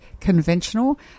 conventional